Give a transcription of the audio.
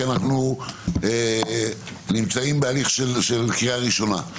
כי אנחנו נמצאים בהליך של הקריאה הראשונה.